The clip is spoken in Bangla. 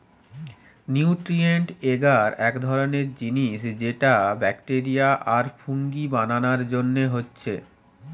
নিউট্রিয়েন্ট এগার এক ধরণের জিনিস যেটা ব্যাকটেরিয়া আর ফুঙ্গি বানানার জন্যে হচ্ছে